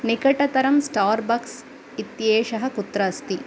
निकटतरं Starbucks इत्येषः कुत्र अस्ति